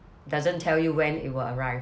doesn't tell you when it will arrive